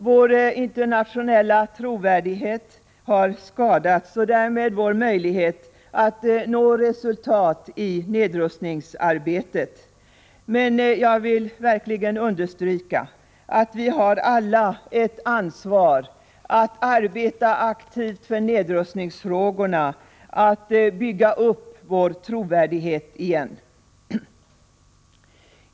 Vår internationella trovärdighet har skadats och därmed vår möjlighet att nå resultat i nedrustningsarbetet. Jag vill emellertid verkligen understryka att vi alla har ett ansvar när det gäller att arbeta aktivt med nedrustningsfrågorna och att bygga upp vår trovärdighet igen.